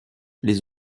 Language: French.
les